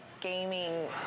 gaming